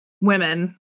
women